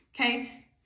Okay